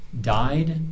died